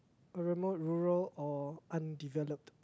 a remote rural or undeveloped